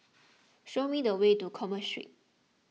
show me the way to Commerce Street